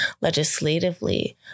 legislatively